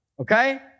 okay